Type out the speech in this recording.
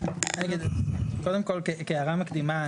קודם כל כהערה מקדימה,